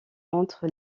entre